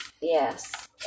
Yes